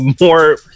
more